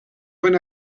einer